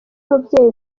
mubyeyi